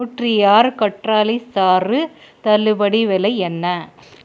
nutri arc கற்றாழை சாறு தள்ளுபடி விலை என்ன